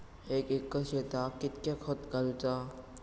एक एकर शेताक कीतक्या खत घालूचा?